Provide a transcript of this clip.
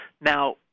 Now